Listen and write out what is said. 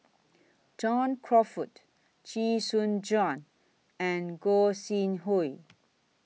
John Crawfurd Chee Soon Juan and Gog Sing Hooi